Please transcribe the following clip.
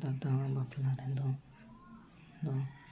ᱫᱟᱫᱟᱣᱟᱜ ᱵᱟᱯᱞᱟ ᱨᱮᱫᱚ